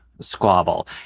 squabble